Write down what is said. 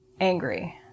angry